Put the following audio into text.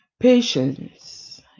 patience